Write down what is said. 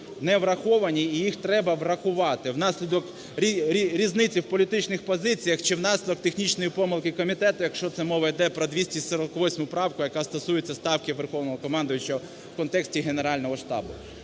не враховані, і їх треба врахувати, внаслідок різниці політичних позицій чи в наслідок технічних помилок комітету, якщо це мова іде про 248 правку, яка стосується Ставки Верховного Головнокомандувача в контексті Генерального Штабу.